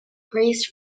priest